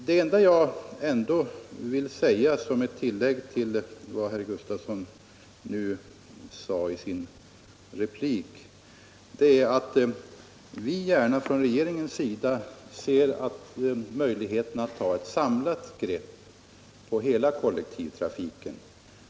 Det enda jag vill säga som tillägg till vad herr Gustafson anförde är, att vi från regeringens sida gärna skulle vilja ta ett samlat grepp på hela kollektivtrafiken.